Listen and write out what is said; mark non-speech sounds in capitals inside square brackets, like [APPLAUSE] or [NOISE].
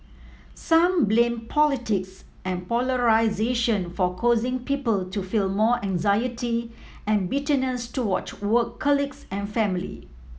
some blame politics and polarisation for causing people to feel more anxiety and bitterness toward work [UNINTELLIGIBLE] and family